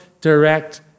direct